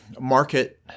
market